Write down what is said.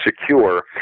secure